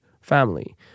family